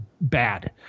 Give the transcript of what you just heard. bad